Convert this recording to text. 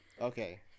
okay